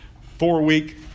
four-week